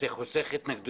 זה לא חוסך התנגדויות.